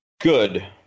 good